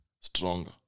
stronger